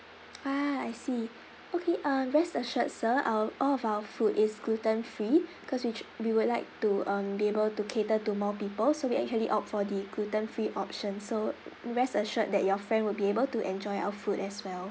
ah I see okay uh rest assured sir our all of our food is gluten free cause we c~ we would like to um be able to cater to more people so we actually opt for the gluten free option so rest assured that your friend will be able to enjoy our food as well